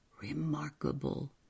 remarkable